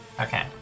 Okay